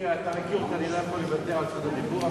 אתה מכיר אותי שאני לא יכול לוותר על רשות הדיבור.